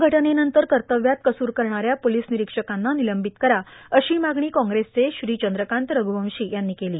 या घटनेनंतर कर्तव्यात कसूर करणाऱ्या पोलीस निरीक्षकांना निलंबित करा अशी मागणी काँग्रेसचे श्री चंद्रकांत रघ्रवंशी यांनी केली